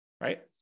right